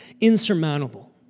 insurmountable